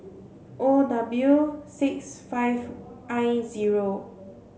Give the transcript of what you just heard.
O W six five I zero